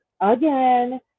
again